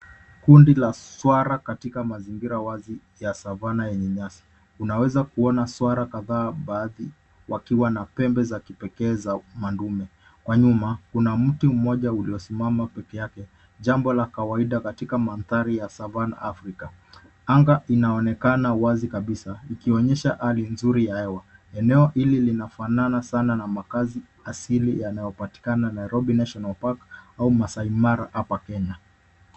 Kundi la swara katika mazingira wazi ya Savannah yenye nyasi. Unaweza kuona swara kadhaa baadhi wakiwa na pembe za kipekee za mandume. Kwa nyuma kuna mti mmoja uliosimama pekee yake jambo la kawaida katika mandhari ya Savannah Afrika. Anga inaonekana wazi kabisa ikionyesha hali nzuri ya hewa. Eneo hili linafanana sana na makaazi asili yanayopatikana Nairobi National Park au Maasai Mara hapa Kenya.